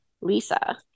Lisa